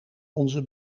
onze